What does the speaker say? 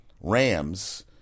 Rams